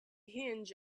hinge